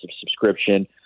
subscription